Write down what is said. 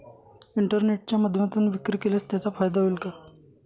इंटरनेटच्या माध्यमातून विक्री केल्यास त्याचा फायदा होईल का?